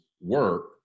work